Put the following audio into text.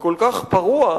וכל כך פרוע,